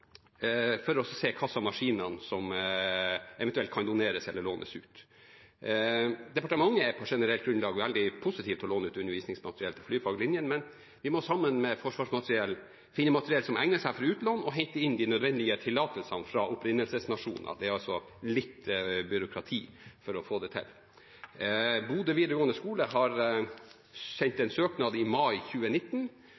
også for å se hvilke maskiner som eventuelt kan doneres eller lånes ut. Departementet er på generelt grunnlag veldig positiv til å låne ut undervisningsmateriell til flyfaglinjene, men vi må sammen med Forsvarsmateriell finne materiell som egner seg for utlån, og hente inn de nødvendige tillatelsene fra opprinnelsesnasjoner. Det er altså litt byråkrati for å få det til. Bodø videregående skole